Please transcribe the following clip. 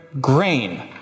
grain